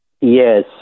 Yes